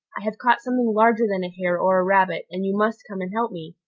i have caught something larger than a hare or a rabbit, and you must come and help me,